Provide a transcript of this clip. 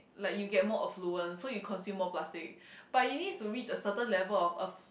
like you get more affluent so you consume more plastic but it needs to reach a certain level of of